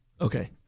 Okay